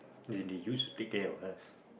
and they used to take care of us